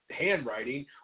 handwriting